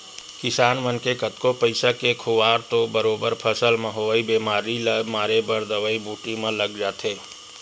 किसान मन के कतको पइसा के खुवार तो बरोबर फसल म होवई बेमारी ल मारे बर दवई बूटी म लग जाथे